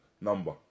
number